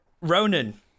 Ronan